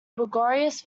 bourgeois